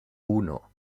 uno